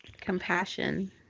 compassion